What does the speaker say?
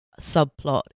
subplot